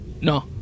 No